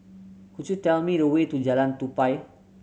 could you tell me the way to Jalan Tupai